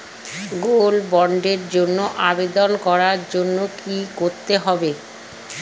Gold বন্ডের জন্য আবেদন করার জন্য কি করতে হবে?